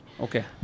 Okay